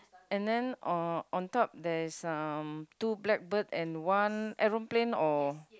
and then uh on top there is um two black bird and one aeroplane or